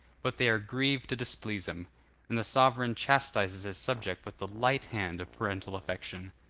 but they are grieved to displease him and the sovereign chastises his subjects with the light hand of parental affection.